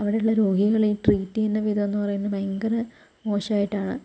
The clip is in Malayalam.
അവിടെയുള്ള രോഗികളെ ട്രീറ്റ് ചെയ്യുന്ന വിധംന്ന് പറയുന്നത് ഭയങ്കര മോശം ആയിട്ടാണ്